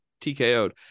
TKO'd